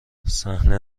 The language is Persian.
صحنه